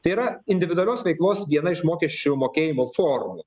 tai yra individualios veiklos viena iš mokesčių mokėjimo formų